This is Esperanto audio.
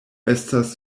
estas